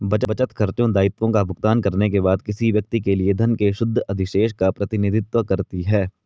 बचत, खर्चों, दायित्वों का भुगतान करने के बाद किसी व्यक्ति के लिए धन के शुद्ध अधिशेष का प्रतिनिधित्व करती है